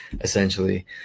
essentially